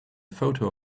photo